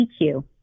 EQ